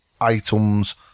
items